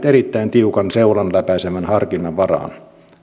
erittäin tiukan seulan läpäisevän harkinnan varaan